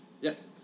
Yes